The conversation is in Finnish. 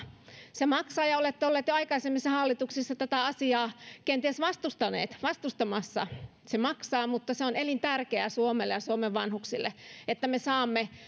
se maksaa ja olette ollut jo aikaisemmissa hallituksissa tätä asiaa kenties vastustamassa se maksaa mutta se on elintärkeää suomelle ja suomen vanhuksille että me saamme